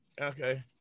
Okay